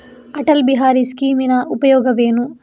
ಅಟಲ್ ಬಿಹಾರಿ ಸ್ಕೀಮಿನ ಉಪಯೋಗವೇನು?